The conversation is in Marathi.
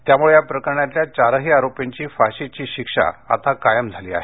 त्यामुळे या प्रकरणातल्या चारही आरोपींची फाशीची शिक्षा आता कायम झाली आहे